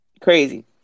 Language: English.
Crazy